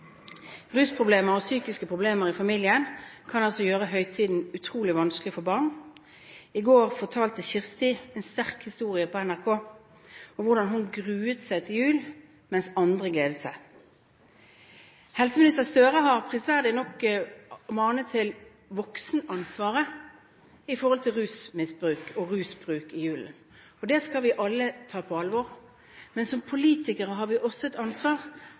Rusproblemer og psykiske problemer i familien kan gjøre høytiden utrolig vanskelig for barn. I går fortalte Kirsti en sterk historie på NRK om hvordan hun gruet seg til jul, mens andre gledet seg. Helseminister Gahr Støre har prisverdig nok manet til voksenansvaret når det gjelder rusmisbruk og rusbruk i julen, og det skal vi alle ta på alvor, men som politikere har vi også et ansvar